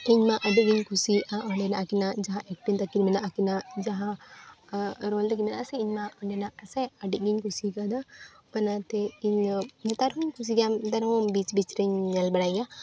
ᱤᱧᱢᱟ ᱟᱹᱰᱤᱜᱤᱧ ᱠᱩᱥᱤᱭᱟᱜᱼᱟ ᱚᱸᱰᱮᱱᱟᱜ ᱟᱹᱠᱤᱱᱟᱜ ᱡᱟᱦᱟᱸ ᱮᱠᱴᱤᱱ ᱛᱟᱹᱠᱤᱱ ᱢᱮᱱᱟᱜᱼᱟ ᱟᱹᱠᱤᱱᱟᱜ ᱡᱟᱦᱟᱸ ᱨᱳᱞ ᱛᱟᱹᱠᱤᱱ ᱢᱮᱱᱟᱜᱼᱟ ᱥᱮ ᱤᱧ ᱢᱟ ᱚᱸᱰᱮᱱᱟᱜ ᱥᱮ ᱟᱹᱰᱤᱜᱤᱧ ᱠᱩᱥᱤ ᱠᱟᱣᱫᱟ ᱚᱱᱟᱛᱮ ᱤᱧᱟᱹᱜ ᱱᱮᱛᱟᱨ ᱦᱚᱸᱧ ᱠᱩᱥᱤᱜ ᱜᱮᱭᱟ ᱱᱮᱛᱟᱨ ᱦᱚᱸ ᱵᱤᱪ ᱵᱤᱪ ᱨᱮᱧ ᱧᱮᱞ ᱵᱟᱲᱟᱭ ᱜᱮᱭᱟ